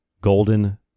golden